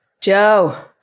Joe